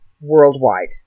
worldwide